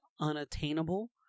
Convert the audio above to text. unattainable